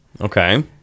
Okay